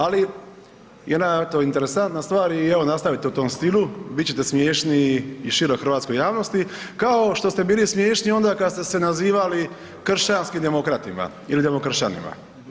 Ali jedna jako interesantna stvar i evo nastavite u tom stilu, bit ćete smiješni i široj hrvatskoj javnosti, kao što ste bili smiješni i onda kad ste se nazivali kršćanskim demokratima ili demokršćanima.